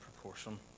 proportion